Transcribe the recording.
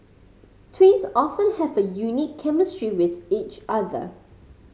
twins often have a unique chemistry with each other